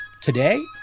Today